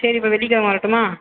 சரி இப்போ வெள்ளிக் கெழம வரட்டுமா